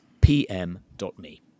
pm.me